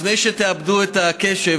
לפני שתאבדו את הקשב,